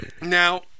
Now